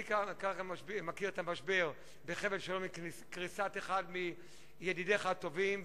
מי כמוך מכיר את המשבר בחבל-שלום ואת קריסת אחד מידידיך הטובים,